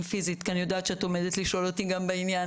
פיזית כי אני יודעת שאת עומדת לשאול אותי גם בעניין